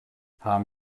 haben